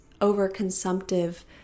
over-consumptive